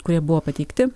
kurie buvo pateikti